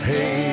Hey